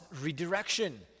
redirection